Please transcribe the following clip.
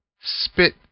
Spit